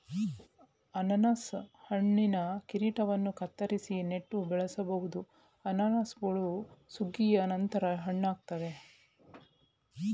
ಅನನಾಸು ಹಣ್ಣಿನ ಕಿರೀಟವನ್ನು ಕತ್ತರಿಸಿ ನೆಟ್ಟು ಬೆಳೆಸ್ಬೋದು ಅನಾನಸುಗಳು ಸುಗ್ಗಿಯ ನಂತರ ಹಣ್ಣಾಗ್ತವೆ